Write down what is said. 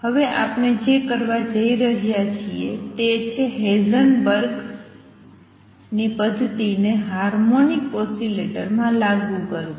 હવે આપણે જે કરવા જઈ રહ્યા છીએ તે છે હેઝનબર્ગની પદ્ધતિને હાર્મોનિક ઓસિલેટર માં લાગુ કરવી